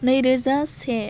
नैरोजा से